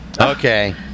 Okay